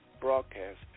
broadcast